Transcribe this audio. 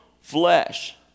flesh